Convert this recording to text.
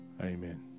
Amen